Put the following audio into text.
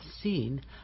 seen